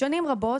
שנים רבות